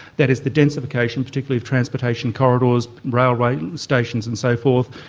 that is the densification particularly of transportation corridors, railway stations and so forth.